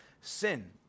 sin